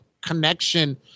connection